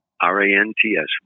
R-A-N-T-S